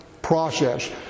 Process